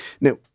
Now